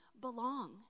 belong